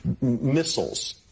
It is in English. missiles